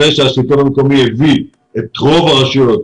אחרי שהשלטון המקומי הביא את רוב הרשויות,